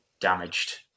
damaged